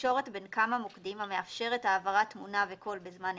תקשורת בין כמה מוקדים המאפשרת העברת תמונה וקול בזמן אמת,